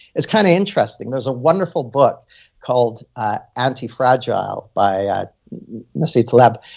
it's kind of interesting. there's a wonderful book called ah anti-fragile by ah nassim taleb.